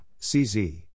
CZ